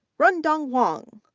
rundong huang,